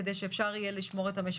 אם הסגר הרביעי יגיע או לא.